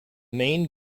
main